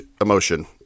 emotion